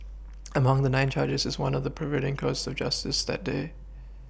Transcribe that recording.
among the nine charges is one of perverting the course of justice that day